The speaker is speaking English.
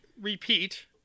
repeat